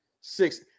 six